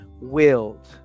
willed